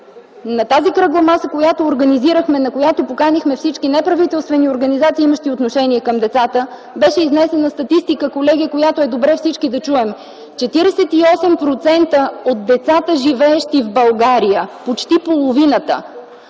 на тази кръгла маса, която организирахме, на която поканихме всички неправителствени организации имащи отношение към децата, беше изнесена статистика, колеги, която е добре всички да чуем – 48% от децата живеещи в България, почти половината,